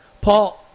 Paul